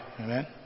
Amen